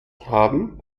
haben